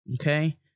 Okay